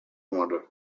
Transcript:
murder